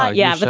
ah yeah. but